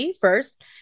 first